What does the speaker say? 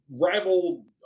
rival